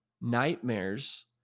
nightmares